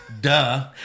Duh